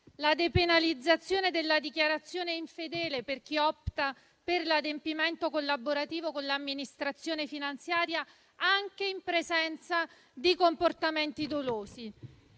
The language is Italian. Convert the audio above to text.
la depenalizzazione della dichiarazione infedele per chi opta per l'adempimento collaborativo con l'amministrazione finanziaria, anche in presenza di comportamenti dolosi;